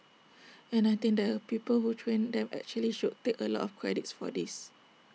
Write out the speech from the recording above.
and I think the people who trained them actually should take A lot of credits for this